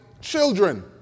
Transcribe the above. children